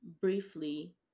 briefly